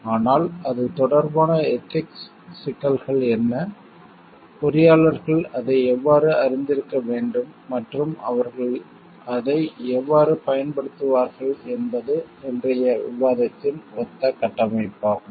ஆனால் அது தொடர்பான எதிக்ஸ் சிக்கல்கள் என்ன பொறியாளர்கள் அதை எவ்வாறு அறிந்திருக்க வேண்டும் மற்றும் அவர்கள் அதை எவ்வாறு பயன்படுத்துவார்கள் என்பது இன்றைய விவாதத்தின் ஒத்த கட்டமைப்பாகும்